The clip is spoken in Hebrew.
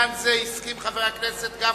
גם לעניין זה הסכים חבר הכנסת גפני,